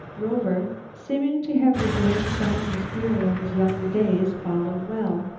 rover, seeming to have regained some of the spirit of his younger days, followed well.